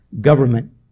government